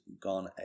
gone